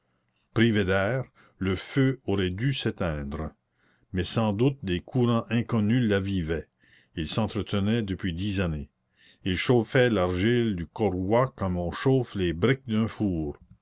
privé d'air le feu aurait dû s'éteindre mais sans doute des courants inconnus l'avivaient il s'entretenait depuis dix années il chauffait l'argile du corroi comme on chauffe les briques d'un four